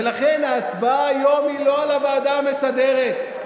ולכן, ההצבעה היום היא לא על הוועדה המסדרת,